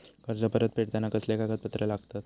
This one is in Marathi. कर्ज परत फेडताना कसले कागदपत्र लागतत?